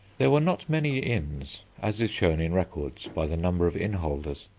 there were not many inns, as is shown in records by the number of innholders,